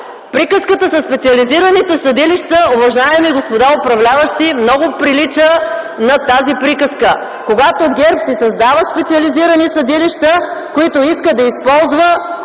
Приказката със специализираните съдилища, уважаеми господа управляващи, много прилича на тази приказка, когато ГЕРБ си създава специализирани съдилища, които иска да използва